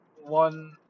One